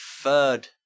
third